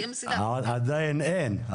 עדיין אין.